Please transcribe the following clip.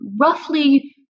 roughly